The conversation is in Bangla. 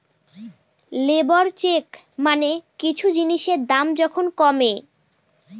লেবর চেক মানে কিছু জিনিসের দাম যখন কমে